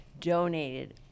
donated